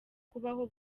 kubaho